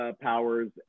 powers